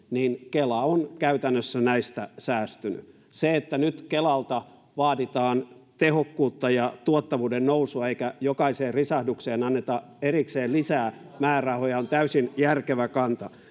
kela on käytännössä näiltä säästynyt se että nyt kelalta vaaditaan tehokkuutta ja tuottavuuden nousua eikä jokaiseen risahdukseen anneta erikseen lisää määrärahoja on täysin järkevä kanta